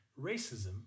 Racism